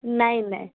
नाही नाही